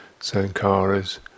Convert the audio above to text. Sankaras